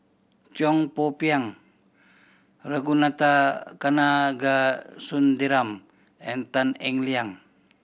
Cheong Poo Pieng Ragunathar Kanagasuntheram and Tan Eng Liang